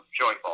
joyful